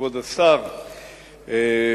כבוד השר,